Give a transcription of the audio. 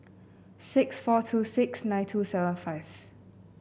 six four two six nine two seven five